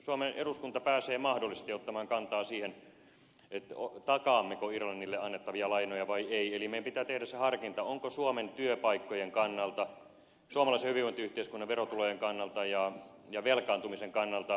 suomen eduskunta pääsee mahdollisesti ottamaan kantaa siihen takaammeko irlannille annettavia lainoja vai emme eli meidän pitää tehdä se harkinta kumpi on parempi vaihtoehto suomen työpaikkojen kannalta suomalaisen hyvinvointiyhteiskunnan verotulojen kannalta ja velkaantumisen kannalta